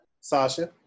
Sasha